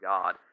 God